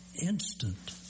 instant